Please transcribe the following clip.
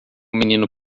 menino